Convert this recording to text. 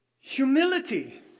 humility